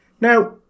Now